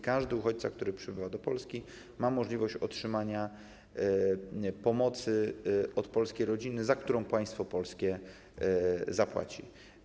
Każdy uchodźca, który przybywa do Polski, ma możliwość otrzymania od polskiej rodziny pomocy, za którą państwo polskie zapłaci.